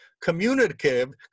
communicative